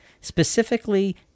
Specifically